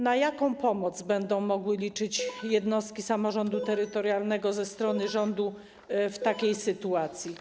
Na jaką pomoc będą mogły liczyć jednostki samorządu terytorialnego ze strony rządu w takiej sytuacji?